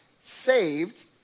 saved